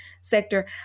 sector